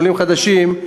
עולים חדשים,